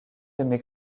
aimé